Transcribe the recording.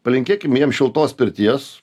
palinkėkim jiem šiltos pirties